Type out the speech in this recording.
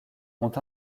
ont